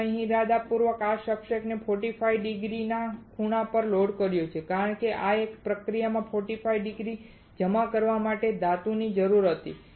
હવે મેં ઈરાદાપૂર્વક આ સબસ્ટ્રેટને 45 ડિગ્રીના ખૂણા પર લોડ કર્યું છે કારણ કે એક પ્રક્રિયાને 45 ડિગ્રી પર જમા કરવા માટે ધાતુની જરૂર હતી